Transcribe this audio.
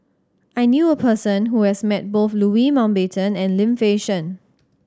I knew a person who has met both Louis Mountbatten and Lim Fei Shen